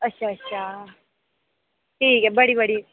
अच्छा अच्छा ठीक ऐ बड़ी बड़ी